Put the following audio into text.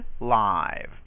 live